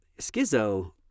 Schizo